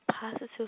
Positive